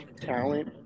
talent